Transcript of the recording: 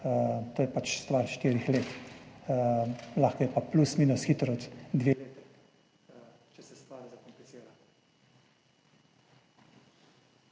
To je pač stvar štirih let, lahko je pa hitro plus, minus dve leti, če se stvar zakomplicira.